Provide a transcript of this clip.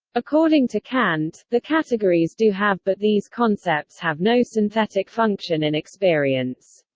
according to kant, the categories do have but these concepts have no synthetic function in experience.